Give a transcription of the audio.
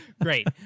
Great